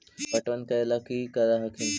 पटबन करे ला की कर हखिन?